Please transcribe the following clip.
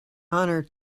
honour